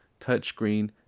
touchscreen